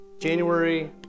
January